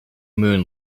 moon